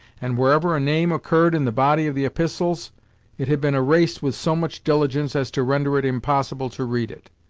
and wherever a name occurred in the body of the epistles it had been erased with so much diligence as to render it impossible to read it.